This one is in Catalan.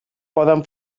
poden